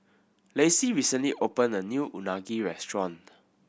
Lacey recently opened a new Unagi restaurant